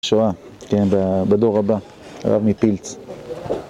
בשואה, כן, בדור הבא, הרב מפילץ.